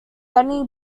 danny